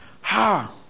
Ha